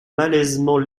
malaisément